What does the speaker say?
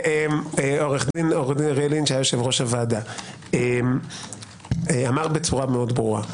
עו"ד אוריאל לין שהיה יושב-ראש הוועדה אמר בצורה מאוד ברורה: